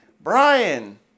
Brian